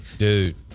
Dude